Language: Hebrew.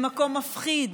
למקום מפחיד,